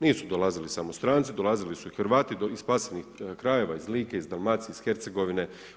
Nisu dolazili samo stranci, dolazili su i Hrvati iz ... krajeva, iz Like, iz Dalmacije, iz Hercegovine.